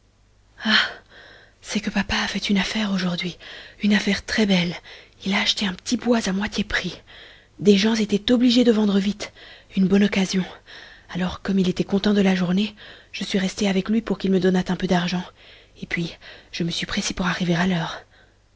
c'est que papa a fait une affaire aujourd'hui une affaire très belle il a acheté un petit bois à moitié prix des gens étaient obligés de vendre vite une bonne occasion alors comme il était content de la journée je suis resté avec lui pour qu'il me donnât un peu d'argent et puis je me suis pressé pour arriver à l'heure